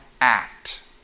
act